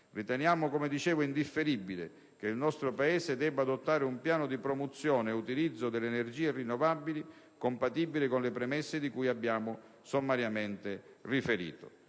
Riteniamo, come ho detto, indifferibile che il nostro Paese adotti un piano di promozione e utilizzo delle energie rinnovabili compatibile con le premesse di cui abbiamo sommariamente riferito